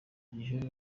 gihe